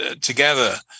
together